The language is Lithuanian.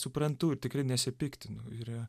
suprantu tikrai nesipiktinu ir